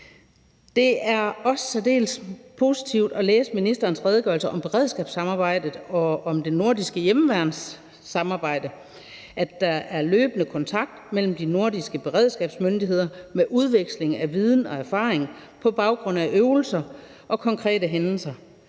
Det er også særdeles positivt at læse ministerens redegørelse om beredskabssamarbejdet og om det nordiske hjemmeværnssamarbejde, altså at der er løbende kontakt mellem de nordiske beredskabsmyndigheder med udveksling af viden og erfaring på baggrund af øvelser og konkrete hændelser.